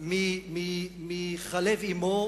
בחלב אמו,